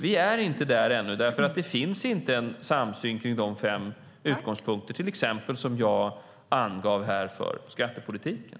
Vi är inte där ännu, för det finns inte en samsyn kring de fem utgångspunkter, till exempel, som jag angav här för skattepolitiken.